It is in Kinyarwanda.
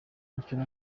imikino